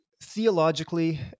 theologically